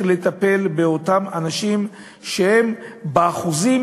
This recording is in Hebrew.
היא איך לטפל באותם אנשים שהם באחוזים,